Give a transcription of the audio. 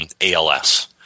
ALS